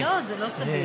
לא, זה לא סביר.